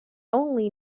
only